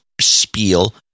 spiel